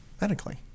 medically